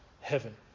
heaven